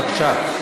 בבקשה.